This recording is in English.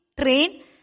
train